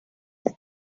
were